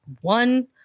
one